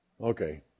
Okay